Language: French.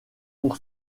pour